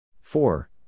Four